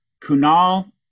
Kunal